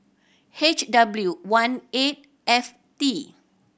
H W one eight F T